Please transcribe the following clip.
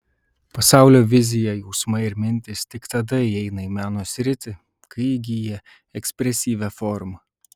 pasaulio vizija jausmai ir mintys tik tada įeina į meno sritį kai įgyja ekspresyvią formą